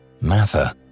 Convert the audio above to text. Mather